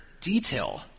detail